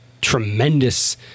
tremendous